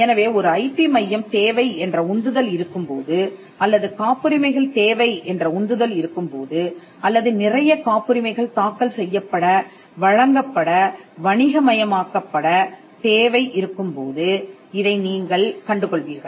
எனவே ஒரு ஐபி மையம் தேவை என்ற உந்துதல் இருக்கும் போது அல்லது காப்புரிமைகள் தேவை என்ற உந்துதல் இருக்கும் போது அல்லது நிறைய காப்புரிமைகள் தாக்கல் செய்யப்பட வழங்கப்பட வணிகமையமாக்கப்படத் தேவை இருக்கும்போது இதை நீங்கள் கண்டு கொள்வீர்கள்